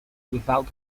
without